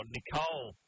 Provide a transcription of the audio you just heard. Nicole